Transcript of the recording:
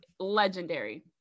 Legendary